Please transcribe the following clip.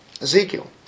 Ezekiel